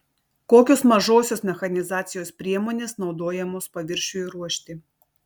kokios mažosios mechanizacijos priemonės naudojamos paviršiui ruošti